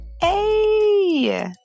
Hey